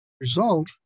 result